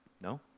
No